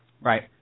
Right